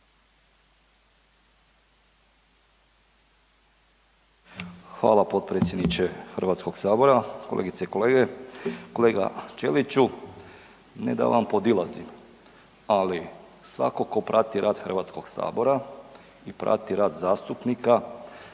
Hvala potpredsjedniče Hrvatskog sabora. Kolegice i kolege, kolega Ćeliću, ne da vam podilazim ali svako prati rad Hrvatskog sabora i prati rad zastupnika